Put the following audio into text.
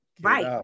Right